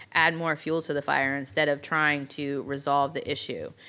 add more fuel to the fire instead of trying to resolve the issue.